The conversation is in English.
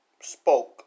spoke